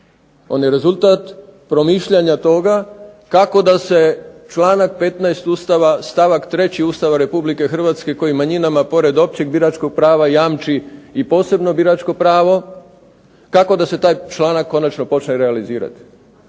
On je rezultat promišljanja toga kako da se članak 15. Ustava stavak treći Ustava Republike Hrvatske koji manjinama pored općeg biračkog prava jamči i posebno biračko pravo kako da se taj članak konačno počne realizirati.